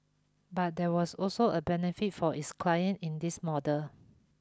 but there was also a benefit for its client in this model